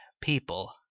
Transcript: People